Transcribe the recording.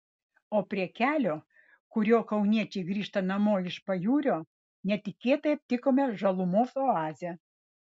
o prie kelio kuriuo kauniečiai grįžta namo iš pajūrio netikėtai aptikome žalumos oazę